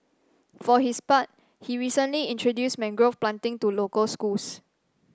for his part he recently introduced mangrove planting to local schools